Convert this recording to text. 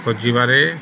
ଖୋଜିବାରେ